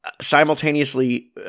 simultaneously